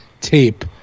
tape